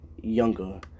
Younger